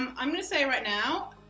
um i'm gonna say right now,